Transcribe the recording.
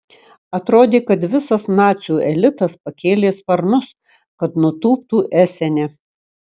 atrodė kad visas nacių elitas pakėlė sparnus kad nutūptų esene